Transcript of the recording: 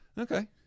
Okay